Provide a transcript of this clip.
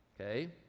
okay